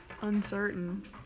Uncertain